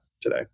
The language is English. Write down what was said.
today